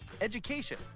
education